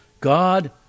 God